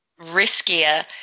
riskier